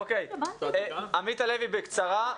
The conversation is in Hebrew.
עמית הלוי, בקצרה.